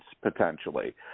potentially